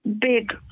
big